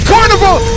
Carnival